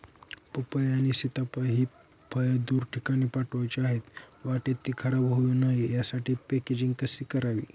पपई आणि सीताफळ हि फळे दूर ठिकाणी पाठवायची आहेत, वाटेत ति खराब होऊ नये यासाठी पॅकेजिंग कसे करावे?